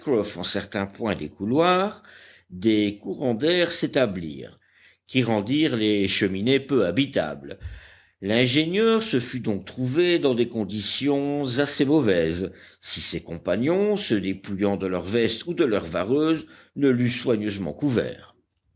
en certains points des couloirs des courants d'air s'établirent qui rendirent les cheminées peu habitables l'ingénieur se fût donc trouvé dans des conditions assez mauvaises si ses compagnons se dépouillant de leur veste ou de leur vareuse ne l'eussent soigneusement couvert